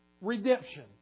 redemption